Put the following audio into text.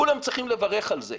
כולם צריכים לברך על כך.